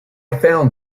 found